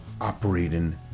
operating